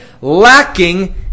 lacking